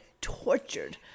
tortured